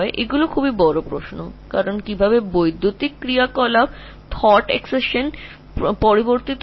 এগুলি বড় প্রশ্ন কারণ কীভাবে এই বৈদ্যুতিক ক্রিয়াকলাপটি আসলে চিন্তা বা ক্রিয়াতে পরিবর্তিত হয়